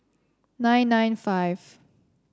nine nine five